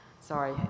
sorry